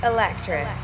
Electric